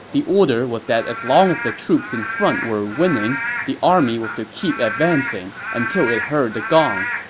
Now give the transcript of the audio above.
the order was that as long as the troops in front were winning, the army was to keep advancing until it heard the gong.